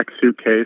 suitcase